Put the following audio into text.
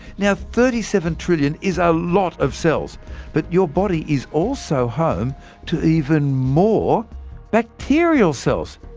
now thirty seven trillion is a lot of cells but your body is also home to even more bacterial cells!